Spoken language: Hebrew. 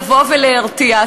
לבוא ולהרתיע.